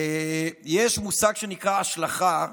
יש מושג שנקרא השלכה,